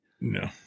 No